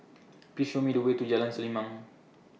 Please Show Me The Way to Jalan Selimang